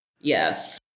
yes